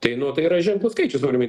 tai nu tai yra ženklus skaičius aurimai